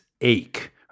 ache